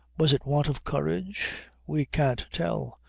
was it want of courage? we can't tell.